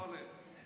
לא עולה.